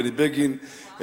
בני בגין,